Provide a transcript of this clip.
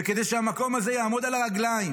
וכדי שהמקום הזה יעמוד על הרגליים